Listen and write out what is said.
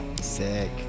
Sick